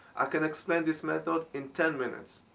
i can explain this method in ten minutes.